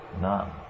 None